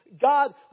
God